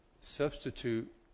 substitute